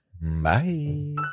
Bye